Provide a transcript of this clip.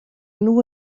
nhw